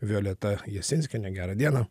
violeta jasinskienė gerą dieną